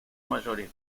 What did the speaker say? mayores